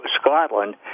Scotland